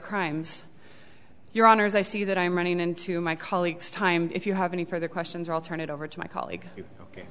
crimes your honor as i see that i'm running into my colleagues time if you have any further questions i'll turn it over to my colleague ok